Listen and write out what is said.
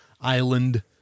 island